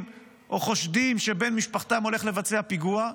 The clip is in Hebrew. או חושדים שבן משפחתם הולך לבצע פיגוע,